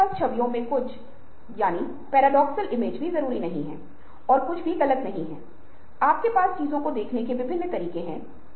क्या यह व्यावहारिक है और यह समाज के लिए उपयोगी है